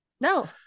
no